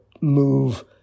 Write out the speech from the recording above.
move